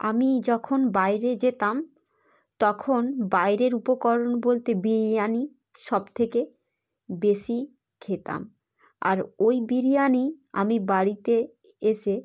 আমি যখন বাইরে যেতাম তখন বাইরের উপকরণ বলতে বিরিয়ানি সব থেকে বেশি খেতাম আর ওই বিরিয়ানি আমি বাড়িতে এসে